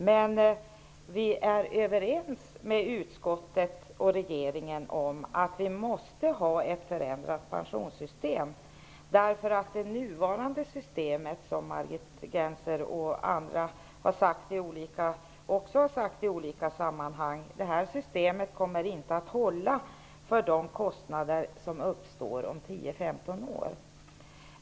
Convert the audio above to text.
Men vi är överens med utskottet och regeringen om att vi måste ha ett förändrat pensionssystem, eftersom det nuvarande systemet inte kommer att hålla för det kostnader som uppstår om 10--15 år. Detta har också Margit Gennser och andra sagt i olika sammanhang.